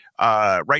right